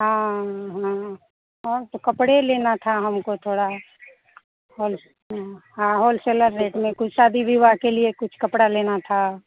हाँ हाँ और तो कपड़े लेना था हमको थोड़ा होल हाँ होलसेलर रेट में कोई शादी विवाह के लिए कुछ कपड़ा लेना था